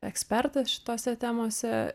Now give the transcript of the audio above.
ekspertas šitose temose